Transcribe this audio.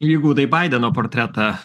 vygaudai baideno portretą